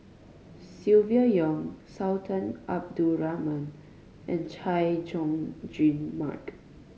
Silvia Yong Sultan Abdul Rahman and Chay Jung Jun Mark